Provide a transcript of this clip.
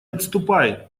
отступай